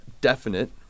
definite